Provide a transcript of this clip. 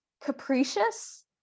capricious